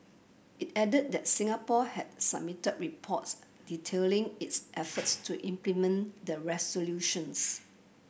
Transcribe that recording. it added that Singapore had submitted reports detailing its efforts to implement the resolutions